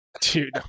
Dude